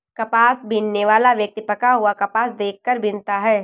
कपास बीनने वाला व्यक्ति पका हुआ कपास देख कर बीनता है